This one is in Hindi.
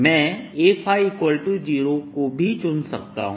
मैं A0 को भी चुन सकता हूं